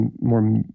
more